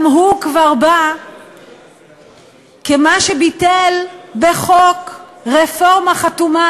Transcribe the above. גם הוא כבר בא כְּמה שביטל בחוק רפורמה חתומה,